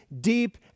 deep